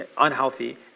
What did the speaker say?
unhealthy